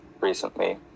recently